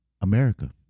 America